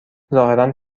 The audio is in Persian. ظاهرا